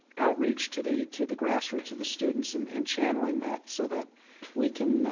outreach to the to the grassroots of the students and and channeling that so that we can